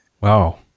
Wow